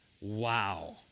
wow